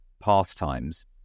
pastimes